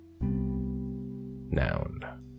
Noun